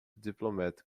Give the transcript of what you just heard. diplomatic